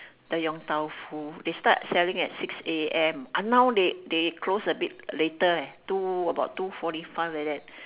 the yong-tau-foo they start selling at six A M ah now they they close a bit later leh two about two forty five like that